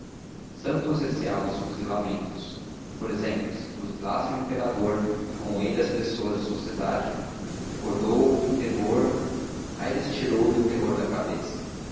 santos receava os fuzilamentos por exemplo se fuzilassem o imperador e com ele as pessoas de sociedade recordou que o terror aires tirou-lhe o terror da cabeça